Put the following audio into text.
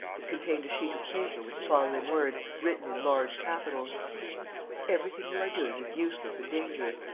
it contained a sheet of paper with the following words, written in large capitals everything you are doing is useless and dangerous.